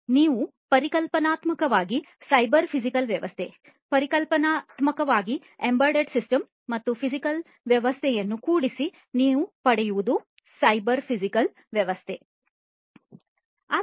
ನೀವು ಪರಿಕಲ್ಪನಾತ್ಮಕವಾಗಿ cyber physical ವ್ಯವಸ್ಥೆ ಪರಿಕಲ್ಪನಾತ್ಮಕವಾಗಿ ಎಂಬೆಡೆಡ್ ಸಿಸ್ಟಮ್ ಮತ್ತು ಫಿಸಿಕಲ್ ವ್ಯವಸ್ಥೆಯನ್ನು ಕೂಡಿಸಿ ನೀವು ಪಡೆಯುವುದು ಸೈಬರ್ ಫಿಸಿಕಲ್ ವ್ಯವಸ್ಥೆ ಆಗಿದೆ